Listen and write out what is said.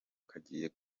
kagiye